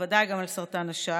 בוודאי גם על סרטן השד,